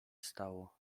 stało